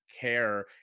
care